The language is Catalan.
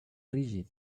rígid